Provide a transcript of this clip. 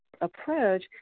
approach